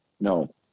no